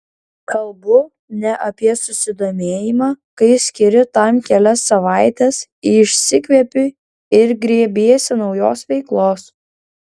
kalbu ne apie susidomėjimą kai skiri tam kelias savaites išsikvepi ir grėbiesi naujos veiklos